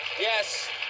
Yes